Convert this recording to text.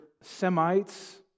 Semites